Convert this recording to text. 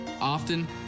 often